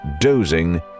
dozing